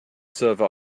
server